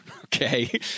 Okay